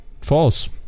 False